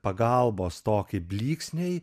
pagalbos tokį blyksniai